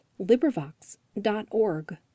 LibriVox.org